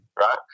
right